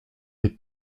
des